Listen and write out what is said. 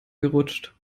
gerutscht